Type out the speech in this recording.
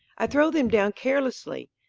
i throw them down carelessly,